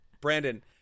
brandon